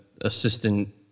assistant